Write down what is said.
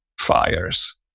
fires